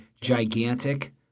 gigantic